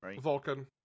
Vulcan